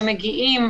שמגיעים